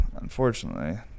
unfortunately